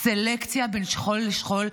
סלקציה בין שכול לשכול,